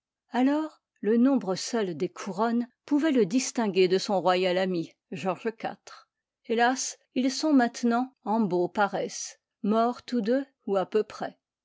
alors le nombre seul des couronnes pouvait le distinguer de son royal ami george iv hélas ils sont maintenant amho pares morts tous deux ou à peu près